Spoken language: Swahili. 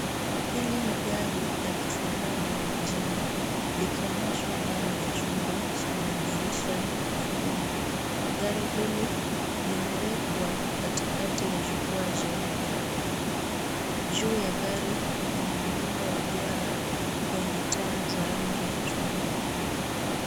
Hilli ni gari la kifahari la manjano likionyeshwa ndani ya chumba cha madirisha makubwa. Gari hili limewekwa katikakati ya jukwaa jeupe. Juu ya gari kuna muundo wa duara wenye taa za rangi ya chungwa.